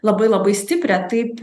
labai labai stiprią taip